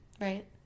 right